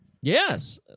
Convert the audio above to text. Yes